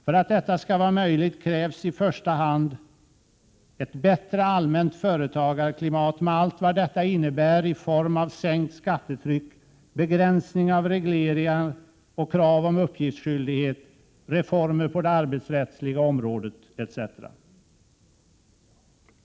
För att detta skall vara möjligt krävs i första hand ett bättre allmänt företagarklimat med allt vad det innebär i form av sänkt skattetryck, begränsning av regleringar och krav på uppgiftsskyldighet, reformer på det arbetsrättsliga området etc.